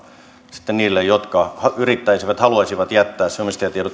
sitten niille jotka yrittäisivät haluaisivat jättää ne omistajatiedot